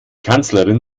kanzlerin